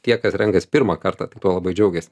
tie kas renkasi pirmą kartą tik tuo labai džiaugiasi